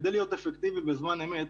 כדי להיות אפקטיבי בזמן אמת,